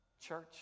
church